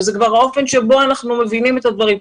זה כבר האופן שבו אנחנו מבינים את הדברים,